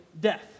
death